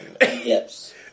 Yes